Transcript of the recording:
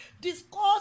Discuss